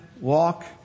walk